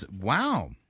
wow